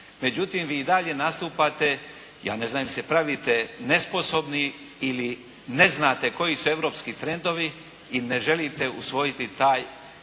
međutim vi i dalje nastupate. Ja ne znam je li se pravite nesposobni ili ne znate koji su europski trendovi i ne želite usvojiti taj